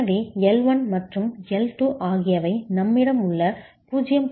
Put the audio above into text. எனவே L 1 மற்றும் L 2 ஆகியவை நம்மிடம் உள்ள 0